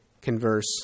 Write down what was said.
converse